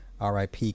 RIP